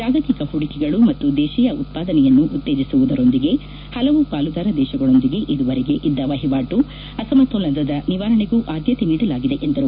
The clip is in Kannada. ಜಾಗತಿಕ ಹೂಡಿಕೆಗಳು ಮತ್ತು ದೇಶಿಯ ಉತ್ಪಾದನೆಯನ್ನು ಉತ್ತೇಜಿಸುವುದರೊಂದಿಗೆ ಹಲವು ಪಾಲುದಾರ ದೇಶಗಳೊಂದಿಗೆ ಇದುವರೆಗೆ ಇದ್ದ ವಹಿವಾಟು ಅಸಮತೋಲನದ ನಿವಾರಣೆಗೂ ಆದ್ಗತೆ ನೀಡಲಾಗಿದೆ ಎಂದರು